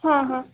हां हां